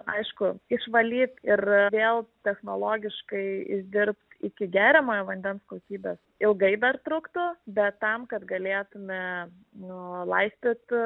aišku išvalyt ir vėl technologiškai išdirbt iki geriamojo vandens kokybės ilgai dar truktų bet tam kad galėtume nu laistyti